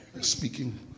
speaking